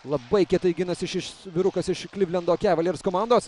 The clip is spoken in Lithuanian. labai kietai ginasi šis vyrukas iš klivlendo cavaliers komandos